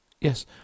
Yes